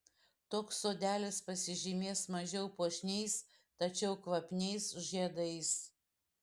toks sodelis pasižymės mažiau puošniais tačiau kvapniais žiedais